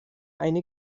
eine